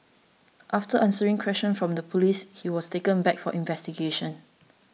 after answering questions from the police he was taken back for investigations